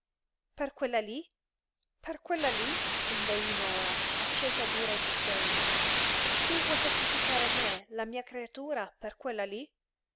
per quella lí per quella lí inveí nora accesa d'ira e di sdegno tu vuoi sacrificare me la mia creatura per quella lí